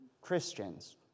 Christians